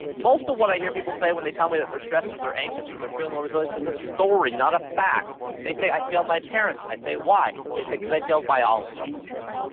most of what i hear people say when they tell me that they're stressed or they're anxious or they're feeling low resilience, is a story, not a fact they say, i failed my parents. i say, why? they say, because i failed biology.